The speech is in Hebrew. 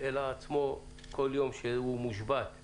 וכל יום השבתה